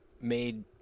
made